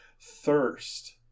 thirst